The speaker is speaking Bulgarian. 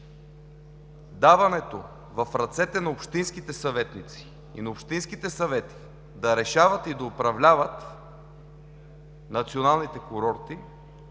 Даването в ръцете на общинските съветници и на общинските съвети да решават и да управляват националните курорти,